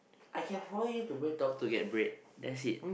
I can follow you to BreadTalk to get bread that's it